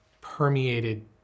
permeated